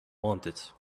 wanted